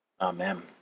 Amen